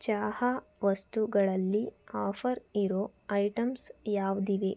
ಚಹಾ ವಸ್ತುಗಳಲ್ಲಿ ಆಫರ್ ಇರೋ ಐಟಮ್ಸ್ ಯಾವುದಿವೆ